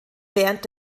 während